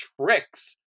tricks